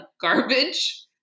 garbage